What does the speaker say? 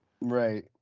Right